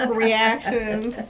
reactions